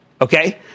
okay